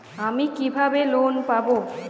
আমি কিভাবে লোন পাব?